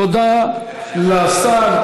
תודה לשר.